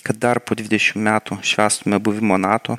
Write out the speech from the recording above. kad dar po dvidešim metų švęstume buvimą nato